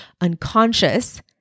Unconscious